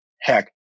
heck